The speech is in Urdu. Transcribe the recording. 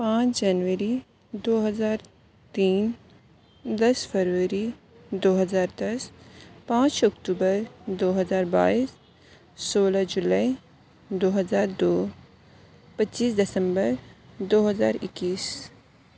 پانچ جنوری دو ہزار تین دس فروری دو ہزار دس پانچ اکٹوبر دو ہزار بائیس سولہ جولائی دو ہزار دو پچیس دسمبر دو ہزار اکیس